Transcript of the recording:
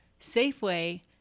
Safeway